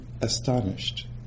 astonished